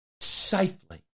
safely